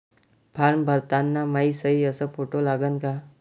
Form भरताना मायी सयी अस फोटो लागन का?